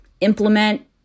implement